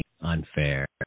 unfair